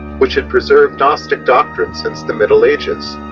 which had preserved gnostic doctrine since the middle ages,